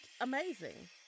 amazing